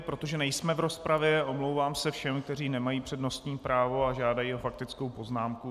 Protože nejsme v rozpravě, omlouvám se všem, kteří nemají přednostní právo a žádají o faktickou poznámku.